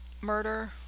murder